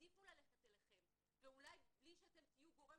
שיעדיפו ללכת אליכם ואולי בלי שאתם תהיו גורם